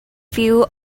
view